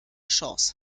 chance